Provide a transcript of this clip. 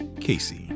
Casey